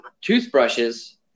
toothbrushes